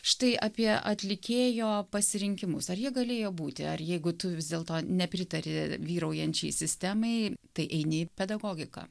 štai apie atlikėjo pasirinkimus ar jie galėjo būti ar jeigu tu vis dėlto nepritari vyraujančiai sistemai tai eini į pedagogiką